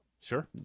sure